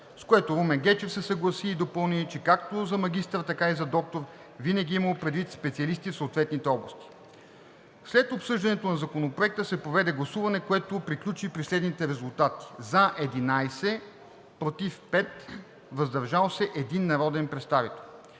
с което Румен Гечев се съгласи и допълни, че както за магистър, така и за доктор винаги е имал предвид специалисти в съответните области. След обсъждането на Законопроекта се проведе гласуване, което приключи при следните резултати: „за“ – 11, „против“ – 5, „въздържал се“ – един народен представител.